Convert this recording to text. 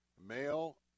male